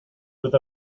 with